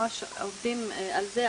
ממש עובדים על זה,